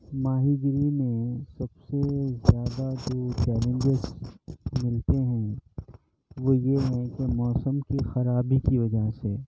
ماہی گیری میں سب سے زیادہ جو چیلنجز ملتے ہیں وہ یہ ہے کہ موسم کی خرابی کی وجہ سے